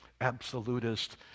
absolutist